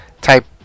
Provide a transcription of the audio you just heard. type